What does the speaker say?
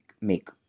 make